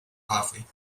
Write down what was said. coffee